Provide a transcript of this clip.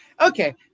Okay